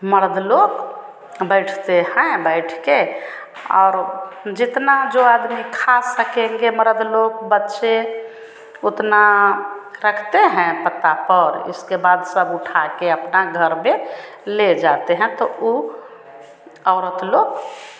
मर्द लोग बैठते हैं बैठकर और जितना जो आदमी खा सकेंगे मरद लोग बच्चे उतना रखते हैं पत्ता पर उसके बाद सब उठाकर अपना घर पर ले जाते हैं तो वह औरत लोग